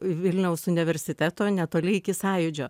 vilniaus universiteto netoli iki sąjūdžio